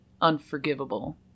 unforgivable